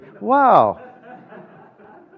Wow